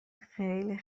خیلی